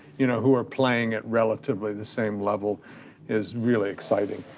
you know, who are playing at relatively the same level is really exciting.